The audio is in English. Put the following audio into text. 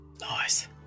Nice